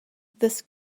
this